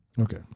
Okay